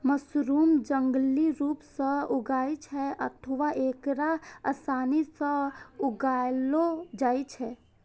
mushroom जंगली रूप सं उगै छै अथवा एकरा आसानी सं उगाएलो जाइ छै